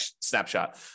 snapshot